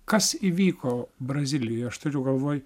kas įvyko brazilijoje aš turiu galvoj